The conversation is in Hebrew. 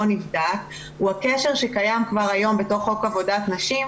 נבדק הוא הקשר שקיים כבר היום בתוך חוק עבודת נשים,